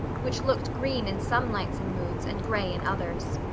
which looked green in some lights and moods and gray in others.